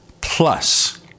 Plus